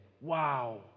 Wow